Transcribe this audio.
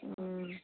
হুম